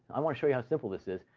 i want to show you how simple this is.